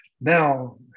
now